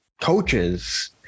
coaches